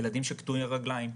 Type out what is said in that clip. ילדים שהם קטועי רגליים.